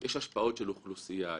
יש השפעות של אוכלוסייה,